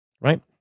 right